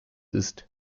ist